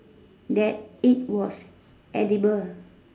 that it was edible